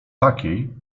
takiej